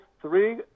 three